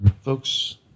Folks